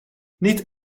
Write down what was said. niet